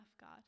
God